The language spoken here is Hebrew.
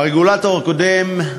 הרגולטור הקודם,